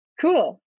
Cool